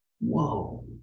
Whoa